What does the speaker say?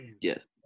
Yes